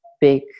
big